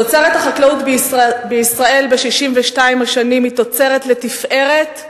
תוצרת החקלאות בישראל ב-62 השנים היא תוצרת לתפארת,